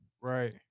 Right